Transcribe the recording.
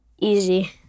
easy